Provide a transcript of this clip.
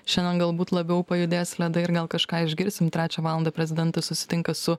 šiandien galbūt labiau pajudės ledai ir gal kažką išgirsim trečią valandą prezidentas susitinka su